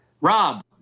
rob